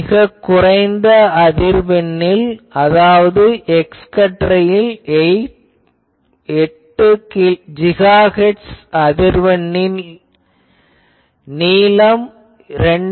மிகக் குறைந்த அதிர்வெண்ணில் அதாவது X கற்றையில் 8 GHz அதிர்வெண்ணில் நீளம் 2